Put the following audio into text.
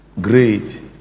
Great